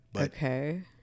Okay